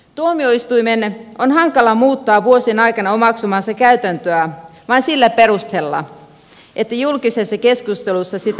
tuomioistuimen on hankala muuttaa vuosien aikana omaksumaansa käytäntöä vain sillä perusteella että julkisessa keskustelussa sitä vaaditaan